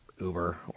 Uber